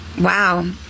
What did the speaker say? wow